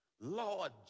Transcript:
Lord